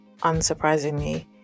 unsurprisingly